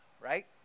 right